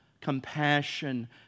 compassion